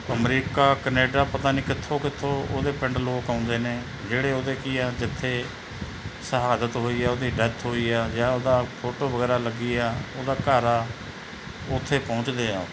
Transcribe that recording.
America Canada ਪਤਾ ਨਹੀਂ ਕਿੱਥੋਂ ਕਿੱਥੋਂ ਉਹਦੇ ਪਿੰਡ ਲੋਕ ਆਉਂਦੇ ਨੇ ਜਿਹੜੇ ਉਹਦੇ ਕੀ ਆ ਜਿੱਥੇ ਸ਼ਹਾਦਤ ਹੋਈ ਆ ਉਹਦੀ ਡੈਥ ਹੋਈ ਆ ਜਾਂ ਉਹਦਾ ਫੋਟੋ ਵਗੈਰਾ ਲੱਗੀ ਆ ਉਹਦਾ ਘਰ ਆ ਉੱਥੇ ਪਹੁੰਚਦੇ ਆ